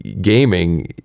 gaming